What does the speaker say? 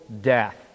death